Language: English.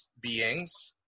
beings